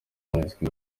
monusco